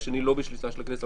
והשני לא בשליטה של הכנסת.